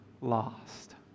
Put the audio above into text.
lost